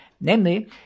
Namely